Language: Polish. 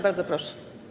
Bardzo proszę.